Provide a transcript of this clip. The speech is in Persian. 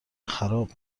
خراب